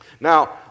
Now